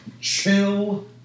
chill